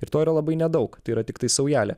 ir to yra labai nedaug tai yra tiktai saujelė